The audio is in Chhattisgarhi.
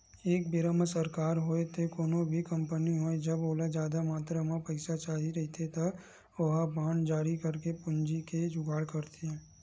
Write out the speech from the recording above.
एक बेरा म सरकार होवय ते कोनो भी कंपनी होवय जब ओला जादा मातरा म पइसा चाही रहिथे त ओहा बांड जारी करके पूंजी के जुगाड़ करथे